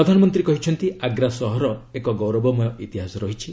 ପ୍ରଧାନମନ୍ତ୍ରୀ କହିଛନ୍ତି ଆଗ୍ରା ସହରର ଏକ ଗୌରବମୟ ଇତିହାସ ରହିଛି